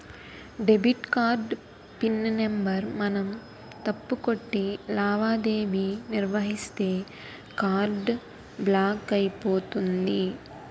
debit card PIN number మనం తప్పు కొట్టి లావాదేవీ నిర్వహిస్తే కార్డు బ్లాక్ అయిపోతుంది